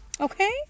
okay